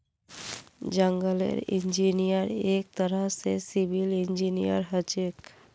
जंगलेर इंजीनियर एक तरह स सिविल इंजीनियर हछेक